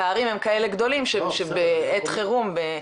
הפערים הם כאלה גדולים שבעת חירום,